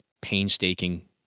painstaking